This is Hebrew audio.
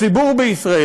הציבור בישראל,